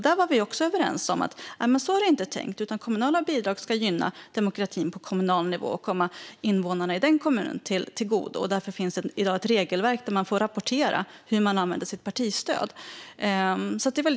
Då var vi överens om att det inte var tänkt på det sättet, utan kommunala bidrag ska gynna demokratin på kommunal nivå och komma invånarna i den kommunen till godo. Därför finns det i dag ett regelverk för att rapportera hur man använder sitt partistöd.